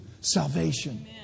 salvation